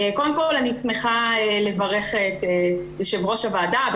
קודם כל אני שמחה לברך את יושב ראש הוועדה,